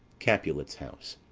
capulet's house.